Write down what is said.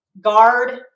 guard